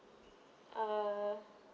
uh